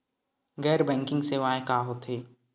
गैर बैंकिंग सेवाएं का होथे?